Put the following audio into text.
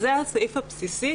זה הסעיף הבסיסי.